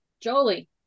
Jolie